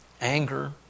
anger